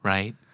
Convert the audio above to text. Right